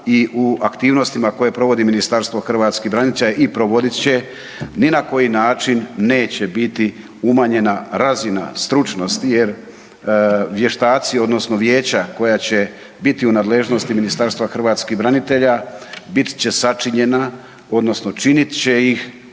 i u aktivnostima koje provodi Ministarstvo hrvatskih branitelja i provodit će, ni na koji način neće biti umanjena razina stručnosti jer vještaci odnosno vijeća koja će biti u nadležnosti Ministarstva hrvatskih branitelja, bit će sačinjena odnosno činit će ih